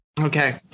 okay